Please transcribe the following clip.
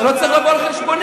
זה לא צריך לבוא על חשבוני.